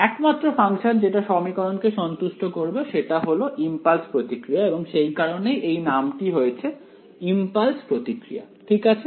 একমাত্র ফাংশন যেটা সমীকরণকে সন্তুষ্ট করবে সেটি হল ইম্পালস প্রতিক্রিয়া এবং সেই কারণেই এই নামটা হয়েছে ইম্পালস প্রতিক্রিয়া ঠিক আছে